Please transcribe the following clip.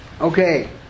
Okay